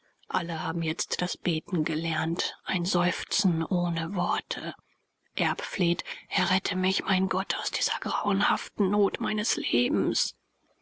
alle haben jetzt das beten gelernt ein seufzen ohne worte erb fleht errette mich mein gott aus dieser grauenhaften not meines lebens